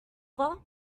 silver